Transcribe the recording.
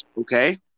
okay